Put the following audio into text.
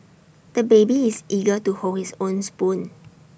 the baby is eager to hold his own spoon